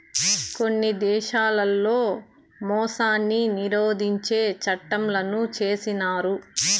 కొన్ని దేశాల్లో మోసాన్ని నిరోధించే చట్టంలను చేసినారు